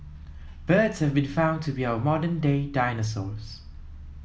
birds have been found to be our modern day dinosaurs